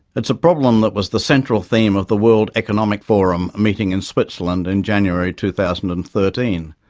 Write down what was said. it's a problem that was the central theme of the world economic forum meeting in switzerland in january, two thousand and thirteen,